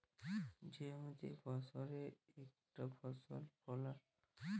যে জমিতে বসরে ইকটই ফসল ফলাল হ্যয় উয়াকে মলক্রপিং ব্যলে